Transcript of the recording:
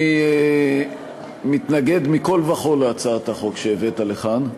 אני מתנגד מכול וכול להצעת החוק שהבאת לכאן,